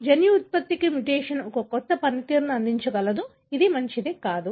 జన్యు ఉత్పత్తికి మ్యుటేషన్ ఒక కొత్త పనితీరును ఎలా అందించగలదు అది మంచిది కాదు